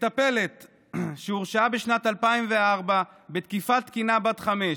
מטפלת שהורשעה בשנת 2004 בתקיפת קטינה בת חמש,